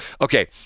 Okay